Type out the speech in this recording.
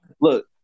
Look